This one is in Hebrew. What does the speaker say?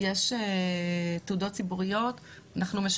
מי